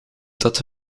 dat